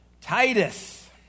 Titus